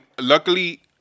luckily